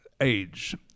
age